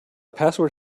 password